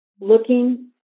looking